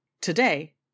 Today